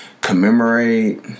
commemorate